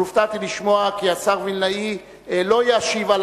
הופתעתי לשמוע כי השר וילנאי לא ישיב על